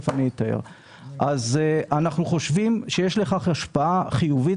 אנחנו חושבים שיש לכך השפעה חיובית